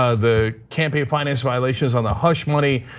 ah the campaign finance violations on the hush money.